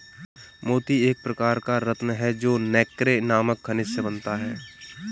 मोती एक प्रकार का रत्न है जो नैक्रे नामक खनिज से बनता है